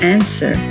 Answer